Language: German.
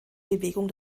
bewegung